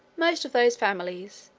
most of those families,